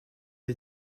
les